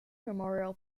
memorial